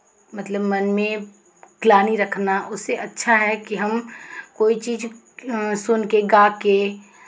मतलब मन में ग्लानि रखना उससे अच्छा है कि हम कोई चीज़ सुनके गाके